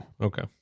Okay